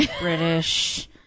British